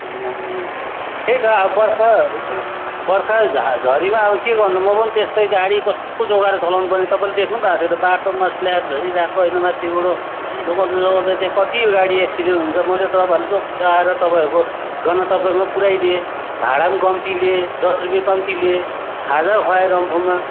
त्यही त अब बर्खा बर्खा झा झरीमा अब के गर्नु त म पनि त्यस्तै गाडी कस्तो जोगाएर चलाउनुपर्ने तपाईँले देख्नुभएको थियो त बाटोमा स्ल्याप झरिरहेको होइन माथिबाट जोगाउँदा जोगाउँदै त्यहाँ कति गाडी एक्सिडेन्ट हुन्छ मैले तपाईँहरूलाई जोगाएर तपाईँहरूको गन्तव्यमा पुऱ्याइदिएँ भाडा पनि कम्ती लिएँ दस रुपियाँ कम्ती लिएँ खाजा खुवाएँ रम्फूमा